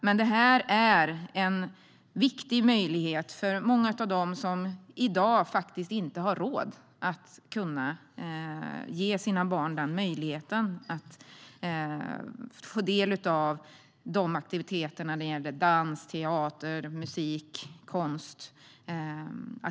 Men det här är en viktig möjlighet för många av dem som faktiskt inte har råd i dag att ge sina barn möjlighet att ta del av de aktiviteterna - dans, teater, musik, konst.